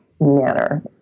manner